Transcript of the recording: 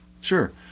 Sure